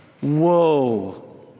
Whoa